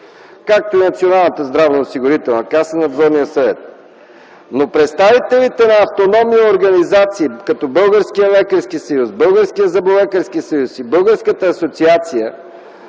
както и на Националната здравноосигурителна каса – от Надзорния съвет. Но за представителите на автономните организации като Българския лекарски съюз, Българският зъболекарски съюз, Българската асоциация